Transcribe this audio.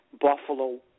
Buffalo